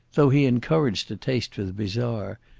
though he encouraged a taste for the bizarre,